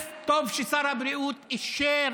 טוב ששר הבריאות אישר